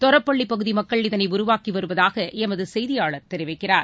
தொரப்பள்ளிபகுதிமக்கள் இதனைஉருவாக்கிவருவதாகளமதுசெய்தியாளர் தெரிவிக்கிறார்